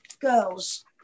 girls